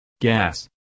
gas